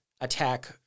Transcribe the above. attack